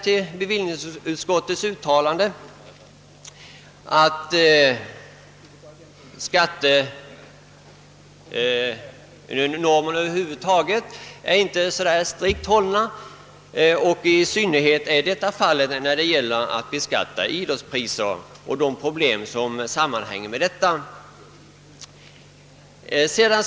I bevillningsutskottets betänkande står bl.a. att normerna inte är strikt hållna, och i synnerhet är detta fallet vid beskattningen av idrottspriser och de problem som sammanhänger därmed.